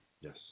Yes